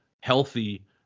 healthy